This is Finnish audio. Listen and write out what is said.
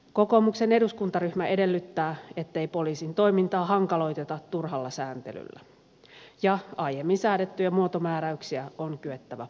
kokoomuksen eduskuntaryhmä edellyttää ettei poliisin toimintaa hankaloiteta turhalla sääntelyllä ja että aiemmin säädettyjä muotomääräyksiä on kyettävä purkamaan